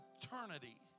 eternity